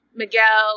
miguel